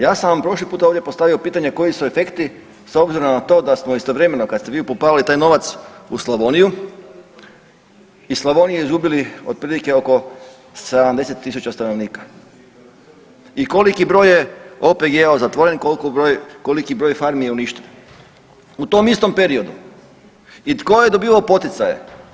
Ja sam vam prošli puta ovdje postavio pitanje koji su efekti s obzirom na to da smo istovremeno kad ste vi upumpavali taj novac u Slavoniju, iz Slavonije izgubili otprilike oko 70 tisuća stanovnika i koliki broj OPG-ova je zatvoren i koliki broj farmi je uništen u tom istom periodu, i tko je dobivao poticaje?